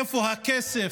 איפה הכסף,